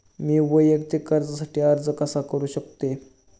मी वैयक्तिक कर्जासाठी अर्ज कसा करु शकते?